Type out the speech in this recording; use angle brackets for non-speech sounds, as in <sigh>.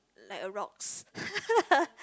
like a rocks <laughs>